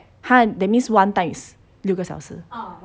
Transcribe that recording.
!huh! that means one time is 六个小时